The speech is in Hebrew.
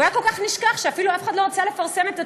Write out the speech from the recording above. הוא היה כל כך נשכח שאפילו אף אחד לא רצה לפרסם את הטור.